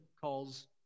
calls